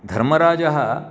धर्मराजः